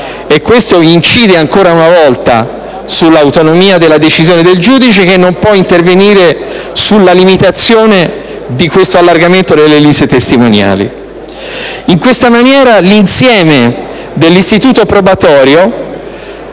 e questo incide ancora una volta sull'autonomia delle decisioni del giudice, che non può intervenire sulla limitazione dell'allargamento delle liste testimoniali. In questa maniera, l'insieme dell'istituto probatorio